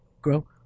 grow